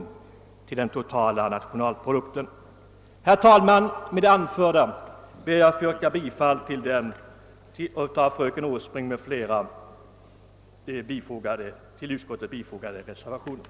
Med det anförda ber jag att få yrka bifall till den av fröken Åsbrink m.fl. till utlåtandet fogade reservationen.